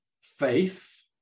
faith